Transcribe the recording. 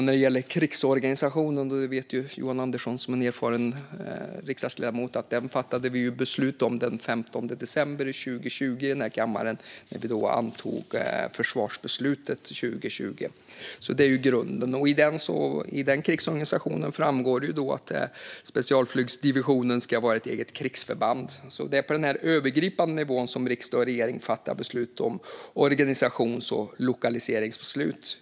När det gäller krigsorganisationen vet Johan Andersson som erfaren riksdagsledamot att vi fattade beslut om denna den 15 december 2020 i den här kammaren, när vi antog försvarsbeslutet för 2020. Det är grunden. I den krigsorganisationen framgår att specialflygsdivisionen ska vara ett eget krigsförband. Det är på denna övergripande nivå som riksdag och regering fattar organisations och lokaliseringsbeslut.